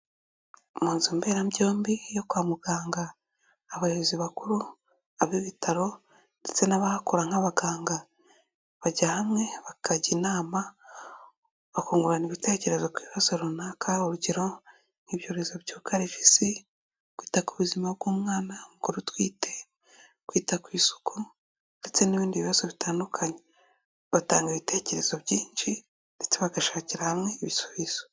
Mu nzu mberabyombi yo kwa muganga, abayobozi bakuru ab'ibitaro ndetse n'abahakora nk'abaganga bajya hamwe bakajya inama, bakungurana ibitekerezo ku bibazo runaka urugero nk'ibyorezo byugarije Isi, kwita ku buzima bw'umwana, umuore utwite, kwita ku isuku ndetse n'ibindi bibazo bitandukanye, batanga ibitekerezo byinshi ndetse bagashakira hamwe ibisubizo.